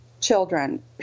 children